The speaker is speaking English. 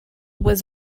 was